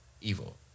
evil